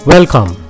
Welcome